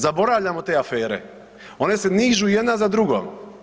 Zaboravljamo te afere, one se nižu jedna za drugom.